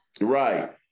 Right